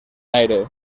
aire